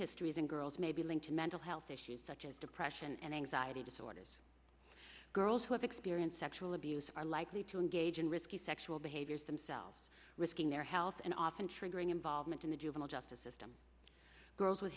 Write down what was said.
histories and girls may be linked to mental health issues such as depression and anxiety disorders girls who have experienced sexual abuse are likely to engage in risky sexual behaviors themselves risking their health and often triggering involvement in the juvenile justice system girls with